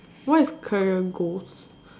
what is career goals